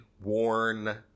worn